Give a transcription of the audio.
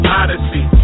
odyssey